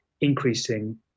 increasing